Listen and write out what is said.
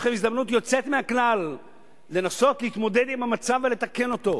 יש לכם הזדמנות יוצאת מן הכלל לנסות להתמודד עם המצב ולתקן אותו.